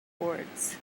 rewards